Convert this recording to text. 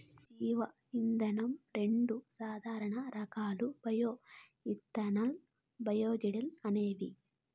జీవ ఇంధనం రెండు సాధారణ రకాలు బయో ఇథనాల్, బయోడీజల్ అనేవి